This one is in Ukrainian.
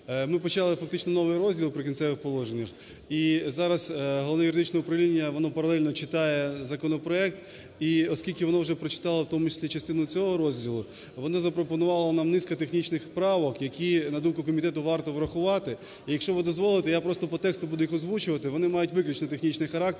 ми почали фактично новий розділ, "Прикінцеві положення", і зараз Головне юридичне управління воно паралельно читає законопроект. І оскільки воно вже прочитало в тому числі частину цього розділу, воно запропонувало нам низку технічних правок, які на думку комітету варто врахувати. І якщо ви дозволите, я просто по тексту буду їх озвучувати, вони мають виключно технічний характер,